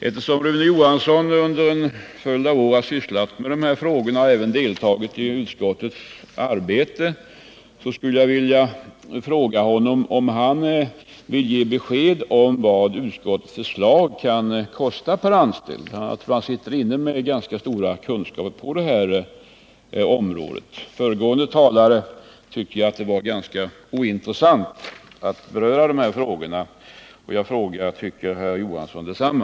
Eftersom Rune Johansson under en följd av år har sysslat med de här frågorna och även deltagit i utskottets arbete skulle jag vilja fråga honom om han vill ge besked om vad utskottets förslag kan kosta per anställd. Jag tror att Rune Johansson sitter inne med ganska stora kunskaper på det här området. Föregående talare anser ju att det var ganska ointressant att beröra dessa frågor. Jag frågar: Tycker herr Johansson detsamma?